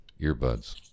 earbuds